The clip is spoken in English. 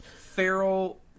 feral